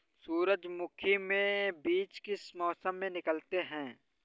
सूरजमुखी में बीज किस मौसम में निकलते हैं?